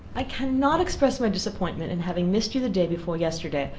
i cannot express my disappointment in having missed you the day before yesterday,